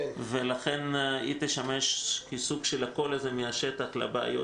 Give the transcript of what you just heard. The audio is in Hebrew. לכן היא תשמש סוג של קול מהשטח לבעיות